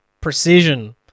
precision